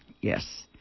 yes